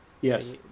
Yes